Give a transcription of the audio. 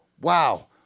wow